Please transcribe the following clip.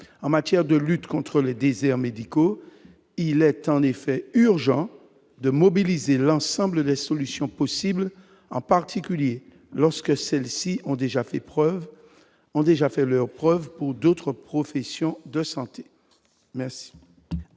en matière de lutte contre les déserts médicaux, il est en effet urgent de mobiliser l'ensemble des solutions possibles, en particulier lorsque celles-ci ont déjà fait preuve ont déjà fait leurs preuves pour d'autres professions de santé, merci.